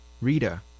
Rita